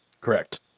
Correct